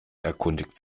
erkundigt